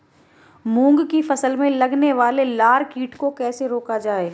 मूंग की फसल में लगने वाले लार कीट को कैसे रोका जाए?